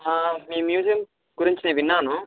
మీ museum గురించి నేను విన్నాను